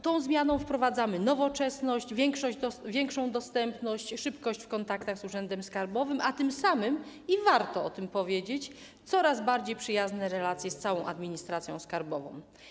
Tą zmianą wprowadzamy nowoczesność, większą dostępność, szybkość w kontaktach z urzędem skarbowym, a tym samym - i warto o tym powiedzieć - coraz bardziej przyjazne relacje z całą administracją skarbową.